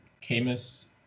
Camus